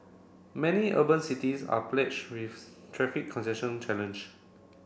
many urban cities are with traffic challenge